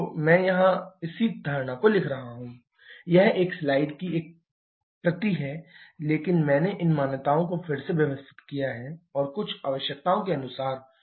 मैं यहाँ इसी धारणा को लिख रहा हूँ यह एक ही स्लाइड की एक प्रति है लेकिन मैंने इन मान्यताओं को फिर से व्यवस्थित किया है और कुछ आवश्यकताओं के अनुरूप है